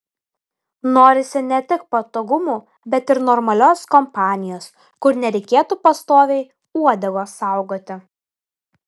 norisi ne tik patogumų bet ir normalios kompanijos kur nereikėtų pastoviai uodegos saugoti